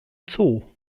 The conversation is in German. zoo